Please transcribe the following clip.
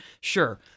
Sure